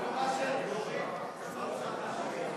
חוק הגנת הצרכן